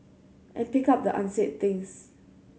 and pick up the unsaid things